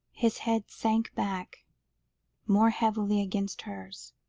his head sank back more heavily against her,